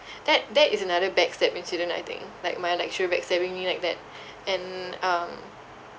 that that is another back stab incident I think like my lecturer backstabbing me like that and um